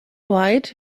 right